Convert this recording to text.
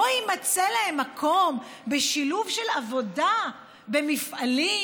לא יימצא להם מקום בשילוב בעבודה במפעלים